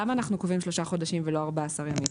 למה אנחנו קובעים שלושה חודשים ולא 14 ימים?